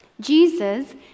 Jesus